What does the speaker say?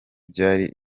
byari